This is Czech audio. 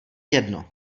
jedno